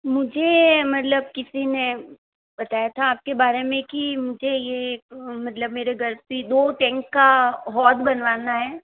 मुझे मतलब किसी ने बताया था आपके बारे में कि मुझे ये मतलब मेरे घर पे दो टेंक का होज़ बनवाना है